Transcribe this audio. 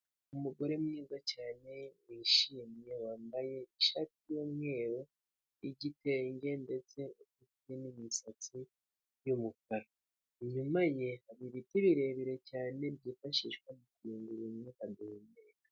Umugore mwiza cyane wishimye wambaye ishati y'umweru, igitenge ndetse ufite n'imisatsi y'umukara, inyuma ye hari ibiti birebire cyane byifashishwa mu kuyungurura umwuka duhumeka.